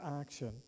action